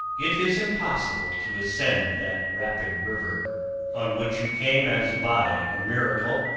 it is impossible to ascend that rapid river on which you came as by a miracle,